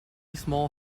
small